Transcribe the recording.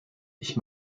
ich